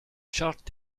charte